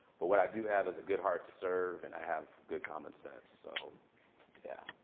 but what i do have is a good heart to serve. and i have good common sense. so yeah.